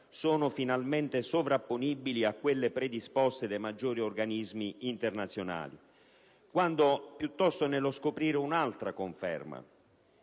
sono finalmente sovrapponibili a quelle predisposte dai maggiori organismi internazionali, quanto piuttosto nello scoprire un'altra conferma.